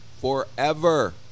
forever